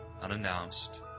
unannounced